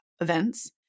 events